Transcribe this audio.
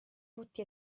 tutti